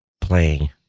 playing